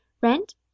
rent